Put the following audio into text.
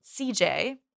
CJ